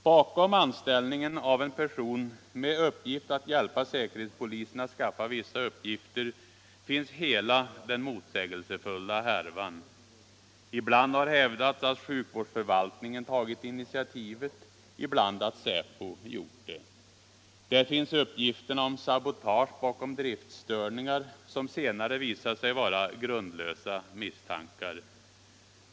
Bakom anställningen av en person med uppgift att hjälpa säkerhetspolisen att skaffa vissa uppgifter finns hela den motsägelsefulla härvan. Ibland har hävdats att sjukvårdsförvaltningen tagit initiativet, ibland att säpo gjort det. Där finns uppgifterna om sabotage bakom driftstörningar, som senare visat sig vara grundlösa misstankar.